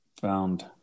found